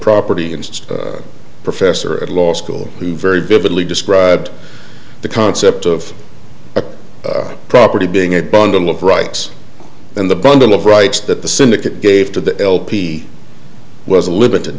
property and professor at law school who very vividly described the concept of a property being a bundle of rights and the bundle of rights that the syndicate gave to the lp was a limited